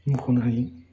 मखनो हायो